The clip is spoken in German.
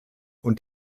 und